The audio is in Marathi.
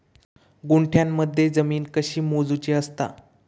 गुंठयामध्ये जमीन कशी मोजूची असता?